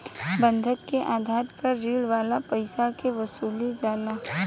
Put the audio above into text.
बंधक के आधार पर ऋण वाला पईसा के वसूलल जाला